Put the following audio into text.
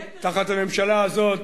תחת הממשלה הזאת,